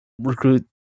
recruit